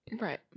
Right